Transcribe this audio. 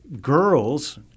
girls